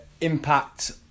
impact